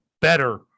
better